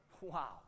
wow